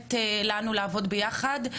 מאפשרת לנו לעבוד ביחד,